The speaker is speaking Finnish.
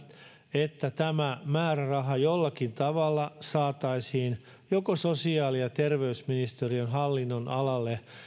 että tämä määräraha jollakin tavalla saataisiin joko sosiaali ja terveysministeriön hallinnon alalle